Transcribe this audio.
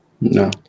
No